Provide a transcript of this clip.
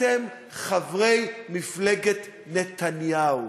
אתם חברי מפלגת נתניהו.